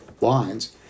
lines